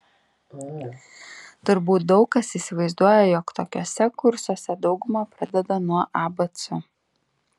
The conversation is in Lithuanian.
turbūt daug kas įsivaizduoja jog tokiuose kursuose dauguma pradeda nuo abc